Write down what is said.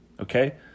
okay